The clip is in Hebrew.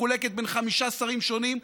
ההסברה הישראלית מחולקת בין חמישה שרים שונים,